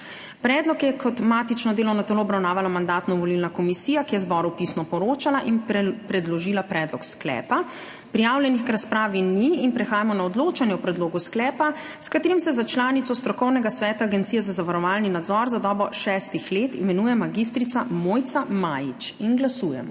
Predlog je kot matično delovno telo obravnavala Mandatno-volilna komisija, ki je zboru pisno poročala in predložila predlog sklepa. Prijavljenih k razpravi ni in prehajamo na odločanje o predlogu sklepa, s katerim se za članico strokovnega sveta Agencije za zavarovalni nadzor za dobo šestih let imenuje mag. Mojca Majič. Glasujemo.